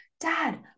dad